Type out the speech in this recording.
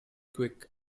quick